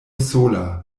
sola